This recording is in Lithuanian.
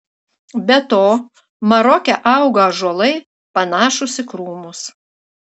be to maroke auga ąžuolai panašūs į krūmus